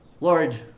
Lord